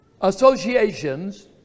associations